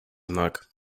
znak